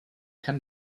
can